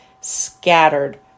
scattered